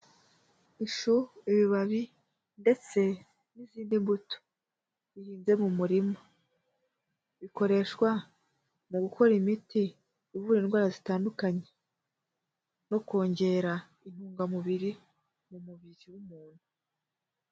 Ifu, ibibabi, ndetse n'izindi mbuto bihinze mu murima, bikoreshwa mu gukora imiti ivura indwara zitandukanye, nko kongera intungamubiri mu mubiri w'umuntu.